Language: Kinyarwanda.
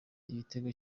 igitego